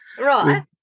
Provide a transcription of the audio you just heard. Right